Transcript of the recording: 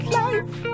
life